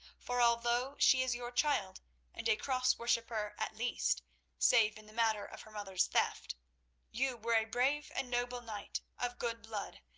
for although she is your child and a cross-worshipper at least save in the matter of her mother's theft you were a brave and noble knight, of good blood,